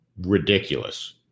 ridiculous